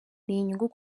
n’inyungu